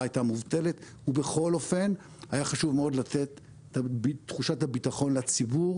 הייתה מובטלת ובכל אופן היה חשוב מאוד לתת את תחושת הביטחון לציבור,